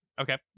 Okay